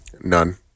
None